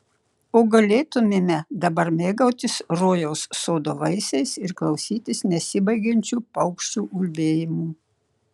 o galėtumėme dabar mėgautis rojaus sodo vaisiais ir klausytis nesibaigiančių paukščių ulbėjimų